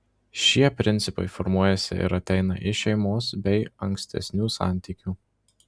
šie principai formuojasi ir ateina iš šeimos bei ankstesnių santykių